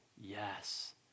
yes